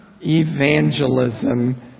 evangelism